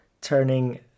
turning